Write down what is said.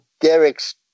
Derek's